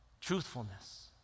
truthfulness